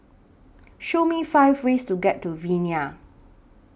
Show Me five ways to get to Vienna